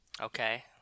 okay